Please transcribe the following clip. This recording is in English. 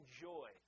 joy